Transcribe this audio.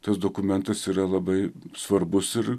tas dokumentas yra labai svarbus ir